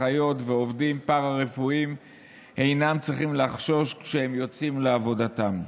אחיות ועובדים פארה-רפואיים אינם צריכים לחשוש כשהם יוצאים לעבודתם.